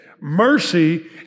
Mercy